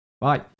Bye